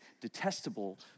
detestable